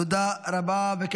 תודה רבה.